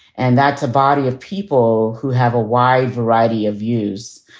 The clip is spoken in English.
and that's a body of people who have a wide variety of views.